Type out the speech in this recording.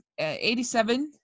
87